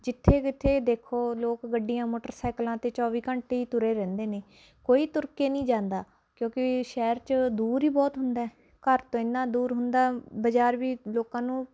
ਜਿੱਥੇ ਕਿੱਥੇ ਦੇਖੋ ਲੋਕ ਗੱਡੀਆਂ ਮੋਟਰਸਾਈਕਲਾਂ 'ਤੇ ਚੌਵੀ ਘੰਟੇ ਹੀ ਤੁਰੇ ਰਹਿੰਦੇ ਨੇ ਕੋਈ ਤੁਰਕੇ ਨਹੀਂ ਜਾਂਦਾ ਕਿਉਂਕਿ ਸ਼ਹਿਰ 'ਚ ਦੂਰ ਹੀ ਬਹੁਤ ਹੁੰਦਾ ਹੈ ਘਰ ਤੋਂ ਇੰਨਾ ਦੂਰ ਹੁੰਦਾ ਬਜ਼ਾਰ ਵੀ ਲੋਕਾਂ ਨੂੰ